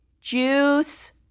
Juice